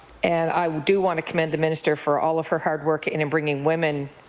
and i do want to commend the minister for all of her hard work in and bringing women